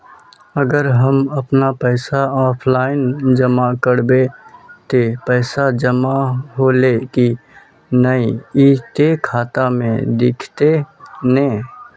अगर हम अपन पैसा ऑफलाइन जमा करबे ते पैसा जमा होले की नय इ ते खाता में दिखते ने?